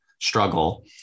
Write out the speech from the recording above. struggle